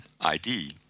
ID